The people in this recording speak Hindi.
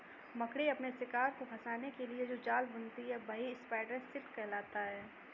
मकड़ी अपने शिकार को फंसाने के लिए जो जाल बुनती है वही स्पाइडर सिल्क कहलाता है